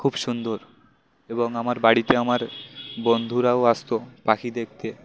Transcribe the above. খুব সুন্দর এবং আমার বাড়িতে আমার বন্ধুরাও আসত পাখি দেখতে